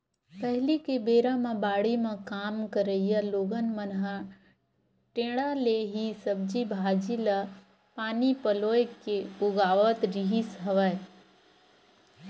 पहिली के बेरा म बाड़ी म काम करइया लोगन मन ह टेंड़ा ले ही सब्जी भांजी ल पानी पलोय के उगावत रिहिस हवय